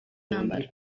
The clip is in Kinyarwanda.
nambara